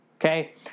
Okay